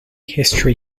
history